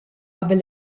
qabel